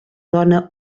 dona